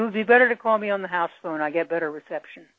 it would be better to call me on the house when i get better reception